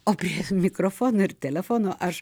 o prie mikrofono ir telefono aš